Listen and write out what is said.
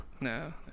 No